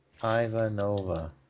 Ivanova